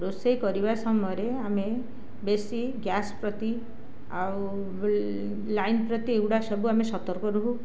ରୋଷେଇ କରିବା ସମୟରେ ଆମେ ବେଶି ଗ୍ୟାସ୍ ପ୍ରତି ଆଉ ଲାଇନ ପ୍ରତି ଏଗୁଡ଼ା ସବୁ ଆମେ ସତର୍କ ରହୁ